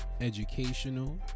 educational